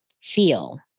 feel